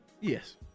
Yes